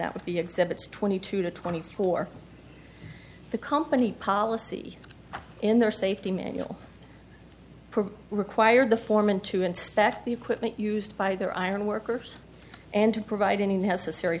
that would be exhibits twenty two to twenty four the company policy in their safety manual require the foreman to inspect the equipment used by their iron workers and to provide any necessary